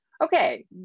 okay